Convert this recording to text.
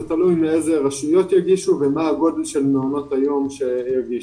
תלוי מאיזה רשויות יגישו ומה הגודל של מעונות היום בישוב.